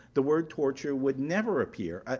the word torture would never appear. ah